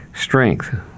strength